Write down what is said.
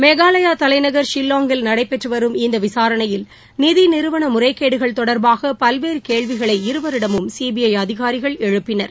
மேகாலயாதலைநகர் ஷில்லாங்கில் நடைபெற்றுவரும் இந்தவிசாரணையில் நிதிநிறுவனமுறைகேடுகள் தொடர்பாகபல்வேறகேள்விகளை இருவரிடமும் சிபிஐஅதிகாரிகள் எழுப்பினர்